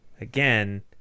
again